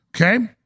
Okay